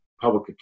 public